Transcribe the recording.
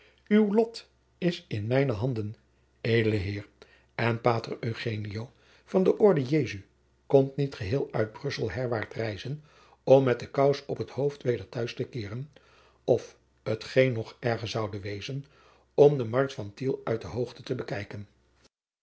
uw lot is in mijne handen edele heer en pater eugenio van de orde jesu komt niet geheel uit brussel herwaart reizen om met de kous op t hoofd weder t'huiswaart te keeren of t geen nog erger zoude wezen om de markt van tiel uit de hoogte te bekijken